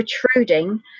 protruding